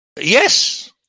Yes